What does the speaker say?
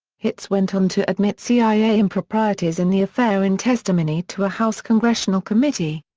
hitz went on to admit cia improprieties in the affair in testimony to a house congressional committee.